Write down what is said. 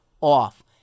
off